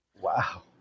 Wow